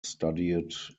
studied